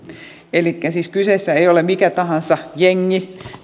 siis kyseessä ei ole mikä tahansa jengi